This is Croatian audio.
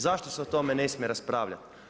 Zašto se o tome ne smije raspravljati.